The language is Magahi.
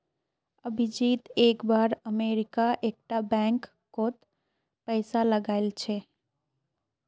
अभिजीत एक बार अमरीका एक टा बैंक कोत पैसा लगाइल छे